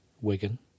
Wigan